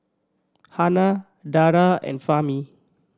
Hana Dara and Fahmi